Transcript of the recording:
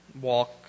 walk